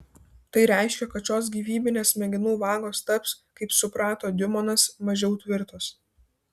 tai reiškia kad šios gyvybinės smegenų vagos taps kaip suprato diumonas mažiau tvirtos